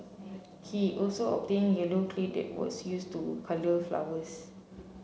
he also obtained yellow clay that was used to colour flowers